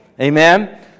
amen